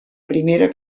primera